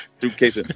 suitcase